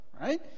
right